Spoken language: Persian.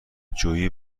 جویی